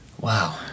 Wow